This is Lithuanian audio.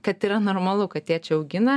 kad yra normalu kad tėčiai augina